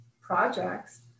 projects